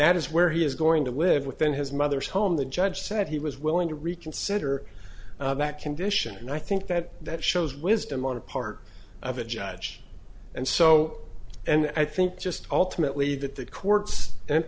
that is where he is going to live within his mother's home the judge said he was willing to reconsider that condition and i think that that shows wisdom on a part of a judge and so and i think just ultimately that the court's